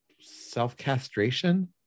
self-castration